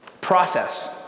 Process